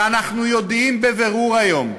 כשאנחנו יודעים בבירור, היום,